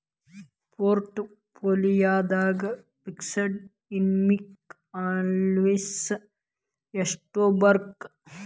ಪೊರ್ಟ್ ಪೋಲಿಯೊದಾಗ fixed income analysis ಯೆಸ್ಟಿರ್ಬಕ್?